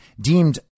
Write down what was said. deemed